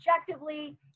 objectively